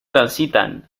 transitan